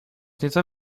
nieco